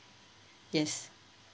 yes